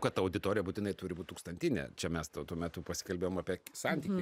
kad ta auditorija būtinai turi būti tūkstantinė čia mes to tuo metu pasikalbėjome apie santykį